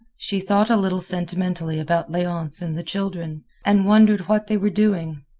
she thought a little sentimentally about leonce and the children, and wondered what they were doing.